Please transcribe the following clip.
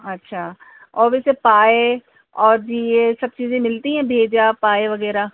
اچھا اور ویسے پائے اور جی یہ سب چیزیں ملتی ہیں بھیجا پائے وغیرہ